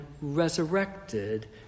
resurrected